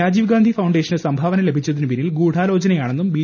രാജീവ് ഗാന്ധി ഫൌണ്ടേഷന് സംഭാവന ലഭിച്ചത്രിനു് പിന്നിൽ ഗൂഢാലോചനയാ ണെന്നും ബി